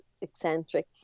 eccentric